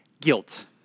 guilt